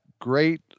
great